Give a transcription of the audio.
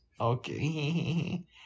Okay